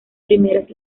primeras